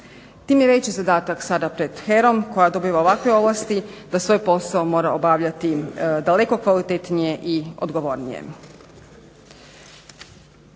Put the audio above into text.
Tim je veći sada zadatak pred HERA-om koja dobiva ovakve ovlasti da svoj posao mora obavljati daleko kvalitetnije i odgovornije.